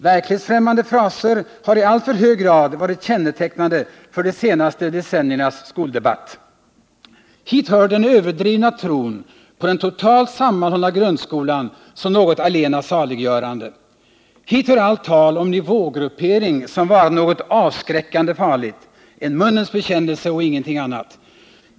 Verklighetsfrämmande fraser har i alltför hög grad varit kännetecknande för de senaste decenniernas skoldebatt. Hit hör den överdrivna tron på den totalt sammanhållna grundskolan som något allena saliggörande. Hit hör allt tal om nivågruppering som varande något avskräckande farligt — en munnens bekännelse och ingenting annat!